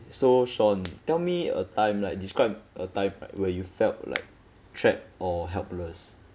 so sean tell me a time like describe a time where you felt like trap or helpless